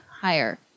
higher